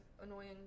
annoying